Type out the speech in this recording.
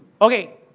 Okay